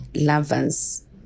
lovers